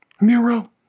Miro